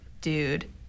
dude